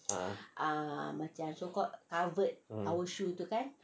ah